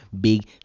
big